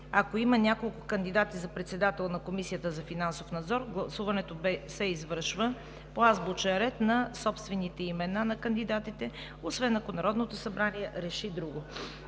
Ако има няколко кандидати за председател на Комисията за финансов надзор, гласуването се извършва по азбучен ред на собствените имена на кандидатите, освен ако Народното събрание реши друго.